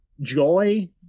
joy